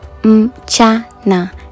Mchana